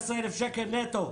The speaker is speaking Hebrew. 15,000 שקל נטו,